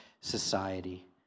society